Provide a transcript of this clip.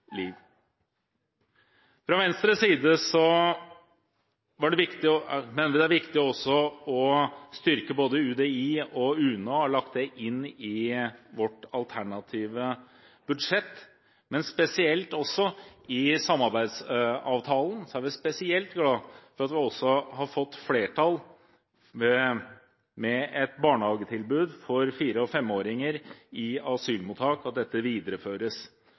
Fra Venstres side mener vi det er viktig også å styrke både UDI og UNE og har lagt det inn i vårt alternative budsjett. Og når det gjelder samarbeidsavtalen, er vi spesielt glad for at vi også har fått flertall for at et barnehagetilbud for 4- og 5-åringer i asylmottak videreføres, og at